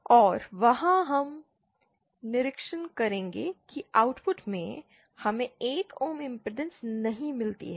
और वहां हम निरीक्षण करेंगे कि आउटपुट में हमें 1 ओम इमपेडेंस नहीं मिलती है